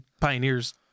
Pioneer's